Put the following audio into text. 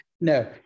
no